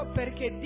perché